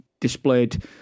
displayed